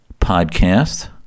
podcast